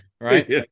right